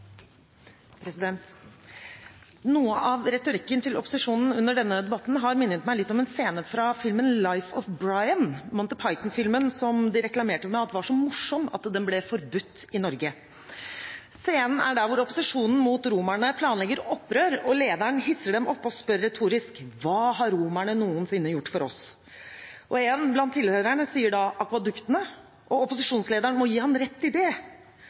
Noe av retorikken til opposisjonen under denne debatten har minnet meg litt om en scene fra filmen «Life of Brian», Monty Python-filmen som de reklamerte med at var så morsom at den ble forbudt i Norge. Scenen er der hvor opposisjonen mot romerne planlegger opprør, og lederen hisser dem opp og spør retorisk: Hva har romerne noensinne gjort for oss? En blant tilhørerne sier da akveduktene, og opposisjonslederen må gi ham rett i det.